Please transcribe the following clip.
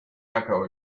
echo